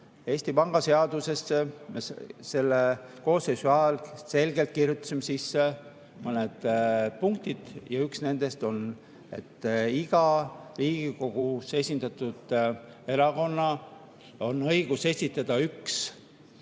Eesti Panga seadusesse me selle koosseisu ajal selgelt kirjutasime sisse mõned punktid ja üks nendest on see, et igal Riigikogus esindatud erakonnal on õigus esitada üks